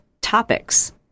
topics